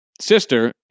sister